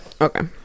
okay